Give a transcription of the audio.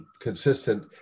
consistent